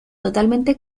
totalmente